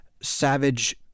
savage